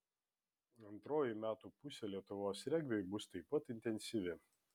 antroji metų pusė lietuvos regbiui bus taip pat intensyvi